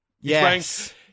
Yes